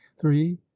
Three